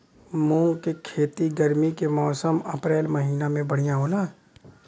मुंग के खेती गर्मी के मौसम अप्रैल महीना में बढ़ियां होला?